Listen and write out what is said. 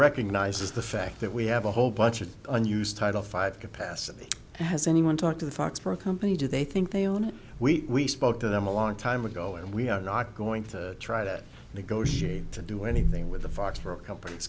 recognizes the fact that we have a whole bunch of unused title five capacity has anyone talked to the fox for a company do they think they own it we spoke to them a long time ago and we are not going to try to negotiate to do anything with the fox for a compan